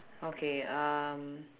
okay um